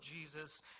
Jesus